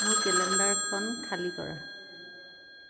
মোৰ কেলেণ্ডাৰখন খালী কৰা